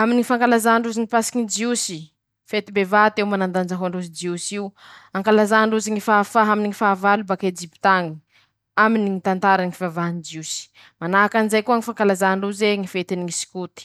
aminy ñy fankalazà ndrozy ñy pasiky ny ñy jiosy, fety bevat'eo, manandanja ho androzy jios'io, ankalazà ndrozy ñy fahafaha aminy ñy fahavalo baka Ejipit'añy, aminy ñy tantarany ñy fivavahany ñy jiosy, manahakanjay koa ñy fankalazà ndrozy ñy fetiny sikoty